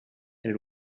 and